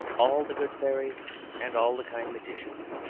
all the good fairies and all the kind magicians,